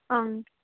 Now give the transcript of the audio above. ꯑꯪ